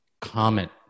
comment